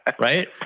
Right